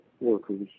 workers